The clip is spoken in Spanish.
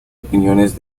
opiniones